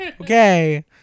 Okay